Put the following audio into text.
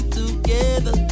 together